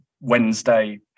wednesday